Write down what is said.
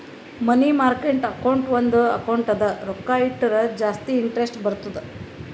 ಮನಿ market account ಒಂದ್ account ಅದ ರೊಕ್ಕಾ ಇಟ್ಟುರ ಜಾಸ್ತಿ ಇಂಟರೆಸ್ಟ್ ಬರ್ತುದ್